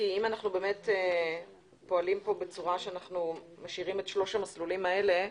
כי אם אנחנו משאירים את שלושת המסלולים האלה,